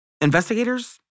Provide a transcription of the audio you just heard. Investigators